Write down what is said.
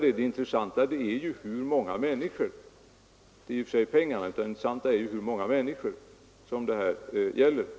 Men det intressanta är inte i och för sig pengarna, utan det är hur många människor som det här gäller.